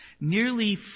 Nearly